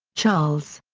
charles.